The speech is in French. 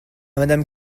madame